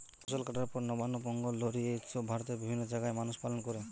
ফসল কাটার পর নবান্ন, পোঙ্গল, লোরী এই উৎসব ভারতের বিভিন্ন জাগায় মানুষ পালন কোরে